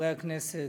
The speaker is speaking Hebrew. חברי הכנסת,